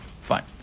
Fine